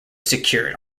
secured